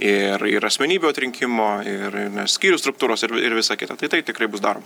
ir ir asmenybių atrinkimo ir skyrių struktūros ir ir visa kita tai tai tikrai bus daroma